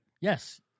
Yes